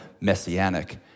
messianic